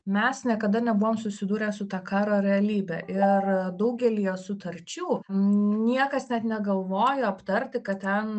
mes niekada nebuvom susidūrę su ta karo realybe ir daugelyje sutarčių niekas net negalvojo aptarti ką ten